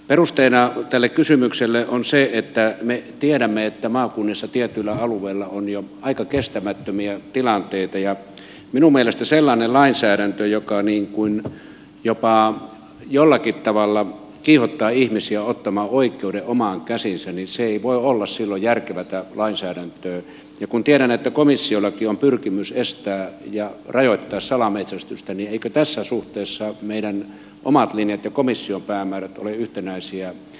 perusteena tälle kysymykselle on se että me tiedämme että maakunnissa tietyillä alueilla on jo aika kestämättömiä tilanteita ja minun mielestäni sellainen lainsäädäntö joka jopa jollakin tavalla kiihottaa ihmisiä ottamaan oikeuden omiin käsiinsä ei voi olla silloin järkevää lainsäädäntöä ja kun tiedän että komissiollakin on pyrkimys estää ja rajoittaa salametsästystä niin eikö tässä suhteessa meidän omat linjat ja komission päämäärät ole yhtenäisiä